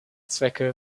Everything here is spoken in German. zwecke